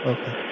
Okay